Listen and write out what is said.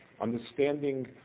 understanding